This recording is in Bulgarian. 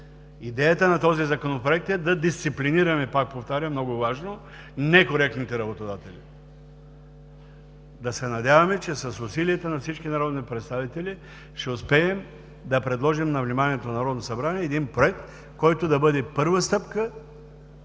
Идеята на този Законопроект е да дисциплинираме, пак повтарям, много важно, некоректните работодатели. Да се надяваме, че с усилията на всички народни представители ще успеем да предложим на вниманието на Народното събрание проект, който да бъде първа стъпка